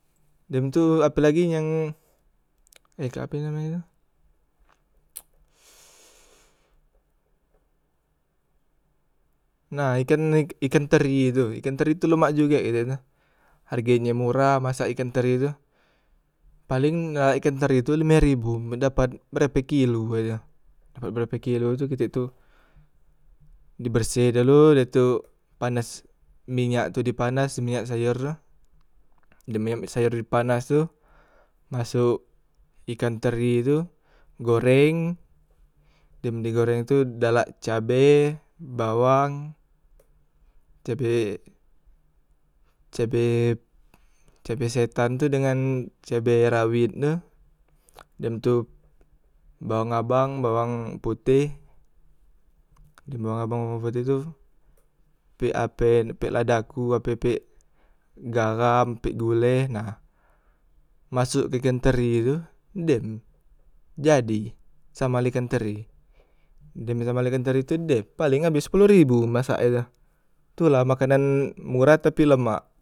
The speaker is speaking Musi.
Dem tu apelagi yang he tu ape namenye nah ikan ikan teri tu, ikan teri tu lemak jugek kite tu, harge nye murah masak ikan teri tu, paleng la ikan teri tu lime ribu men dapat berape kilo he tu, dapat berape kilo tu kite tu di berseh dulu dah tu panas, minyak tu di panas, minyak sayor tu, dem minyak sayor di panas tu, masok ikan teri tu goreng, dem di goreng tu dalak cabe, bawang, cabe cabe, cabe setan tu dengan cabe rawet tu dem tu bawang abang bawang poteh dem bawang abang bawang poteh tu, pek la ape pek la daku pe ape pek gaham pek gule nah masok ikan teri tu dem jadi sambal ikan teri, dem sambal ikan teri tu dem paleng abes sepoloh ribu masak e tu, tu lah makanan murah tapi lemak.